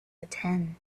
attend